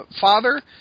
father